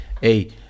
hey